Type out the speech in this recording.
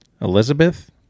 Elizabeth